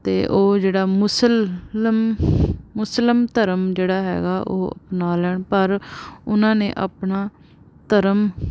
ਅਤੇ ਉਹ ਜਿਹੜਾ ਮੁਸਲਿਮ ਮੁਸਲਿਮ ਧਰਮ ਜਿਹੜਾ ਹੈਗਾ ਉਹ ਅਪਣਾ ਲੈਣ ਪਰ ਉਹਨਾਂ ਨੇ ਆਪਣਾ ਧਰਮ